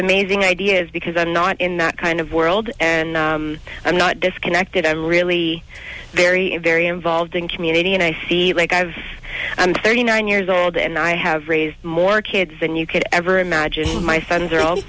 amazing ideas because i'm not in that kind of world and i'm not disconnected i'm really very very involved in community and i feel like i've thirty nine years old and i have raised more kids than you could ever imagine and my friends are all